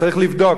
צריך לבדוק.